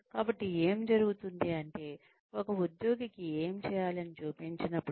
కాబట్టి ఏమి జరుగుతుంది అంటే ఒక ఉద్యోగికి ఏమి చేయాలి అని చూపించినప్పుడు